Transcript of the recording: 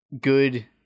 good